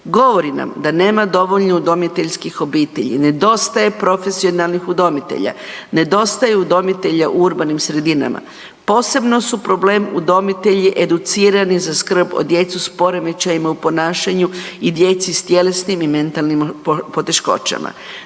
Govori nam da nema dovoljno udomiteljskih obitelji, nedostaje profesionalnih udomitelja, nedostaje udomitelja u urbanim sredinama. Posebno su problem udomitelji educirani za skrb djece s poremećajima u ponašanju i djeci s tjelesnim i mentalnim poteškoćama.